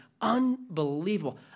unbelievable